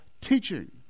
teaching